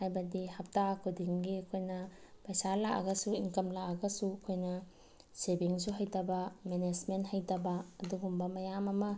ꯍꯥꯏꯕꯗꯤ ꯍꯞꯇꯥ ꯈꯨꯗꯤꯡꯒꯤ ꯑꯩꯈꯣꯏꯅ ꯄꯩꯁꯥ ꯂꯥꯛꯑꯒꯁꯨ ꯏꯟꯀꯝ ꯂꯥꯛꯑꯒꯁꯨ ꯑꯩꯈꯣꯏꯅ ꯁꯦꯚꯤꯡꯁꯨ ꯍꯩꯇꯕ ꯃꯦꯅꯦꯖꯃꯦꯟ ꯍꯩꯇꯕ ꯑꯗꯨꯒꯨꯝꯕ ꯃꯌꯥꯝ ꯑꯃ